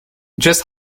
just